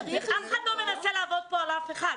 אף אחד לא מנסה לעבוד כאן על אף אחד.